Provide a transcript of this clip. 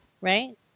Right